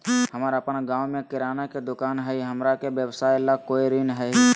हमर अपन गांव में किराना के दुकान हई, हमरा के व्यवसाय ला कोई ऋण हई?